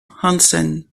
hansen